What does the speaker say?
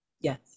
Yes